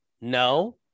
no